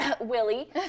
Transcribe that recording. Willie